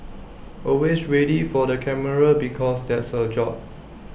always ready for the camera because that's her job